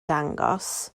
dangos